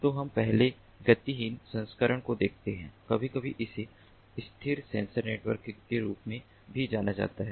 तो हम पहले गतिहीन संस्करण को देखते हैं कभी कभी इसे स्थिर सेंसर नेटवर्क के रूप में भी जाना जाता है